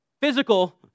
physical